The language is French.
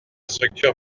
structure